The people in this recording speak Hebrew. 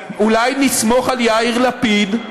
אולי נסמוך על יאיר לפיד,